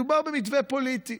מדובר במתווה פוליטי,